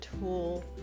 tool